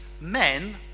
men